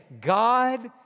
God